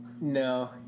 No